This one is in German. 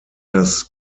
das